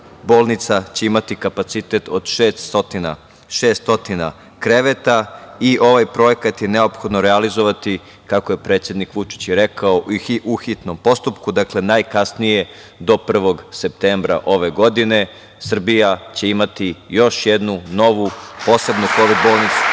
Bolnica će imati kapacitet od 600 kreveta i ovaj projekat je neophodno realizovati, kako je predsednik Vučić rekao u hitnom postupku. Dakle najkasnije do 1. septembra ove godine Srbija će imati još jednu novu posebnu kovid bolnicu.